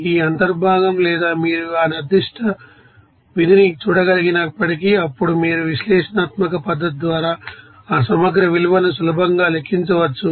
ఆ అంతర్భాగం లేదా మీరు ఆ నిర్దిష్ట విధిని చూడగలిగినప్పటికీ అప్పుడు మీరు విశ్లేషణాత్మక పద్ధతి ద్వారా ఆ సమగ్ర విలువను సులభంగా లెక్కించవచ్చు